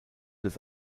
des